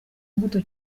mbuto